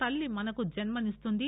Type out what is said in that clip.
తల్లి మనకు జన్మనిస్తుంది